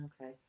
Okay